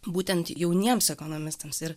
būtent jauniems ekonomistams ir